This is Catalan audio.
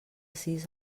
sis